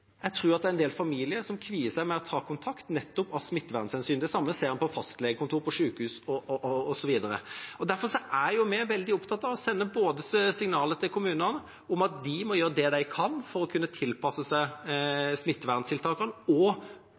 en del familier kvier seg for å ta kontakt nettopp av smittevernhensyn. Det samme ser vi på fastlegekontorer, på sykehus osv. Derfor er vi veldig opptatt av å sende signaler til kommunene om at de må gjøre det de kan for både å tilpasse seg smitteverntiltakene og